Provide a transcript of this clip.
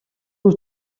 руу